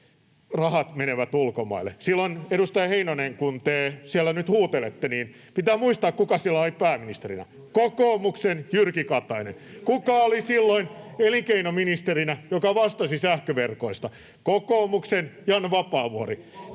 rahat menevät ulkomaille. — Edustaja Heinonen, kun te siellä nyt huutelette, niin pitää muistaa, kuka silloin oli pääministerinä: kokoomuksen Jyrki Katainen. Kuka oli silloin elinkeinoministerinä, joka vastasi sähköverkoista? Kokoomuksen Jan Vapaavuori.